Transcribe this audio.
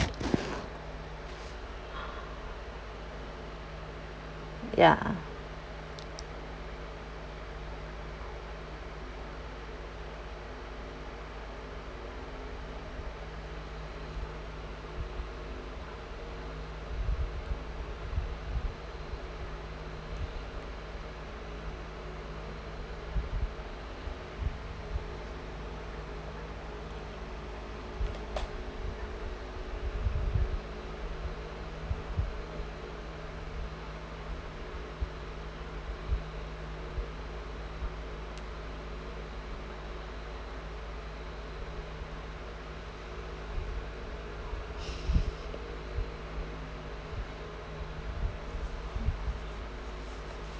ya mm